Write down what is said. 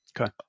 Okay